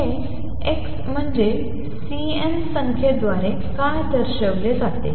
हे x म्हणजे C n संख्यांद्वारे काय दर्शविले जाते